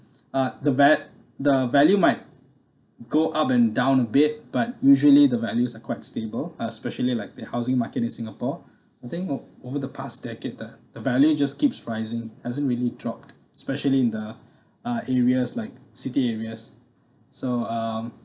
uh the va~ the value might go up and down a bit but usually the values are quite stable especially like the housing market in singapore I think over the past decade uh the value just keeps rising hasn't really dropped especially in the uh areas like city areas so um